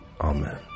Amen